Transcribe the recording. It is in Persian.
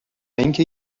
اینکه